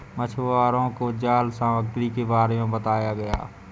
मछुवारों को जाल सामग्री के बारे में बताया गया